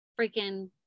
freaking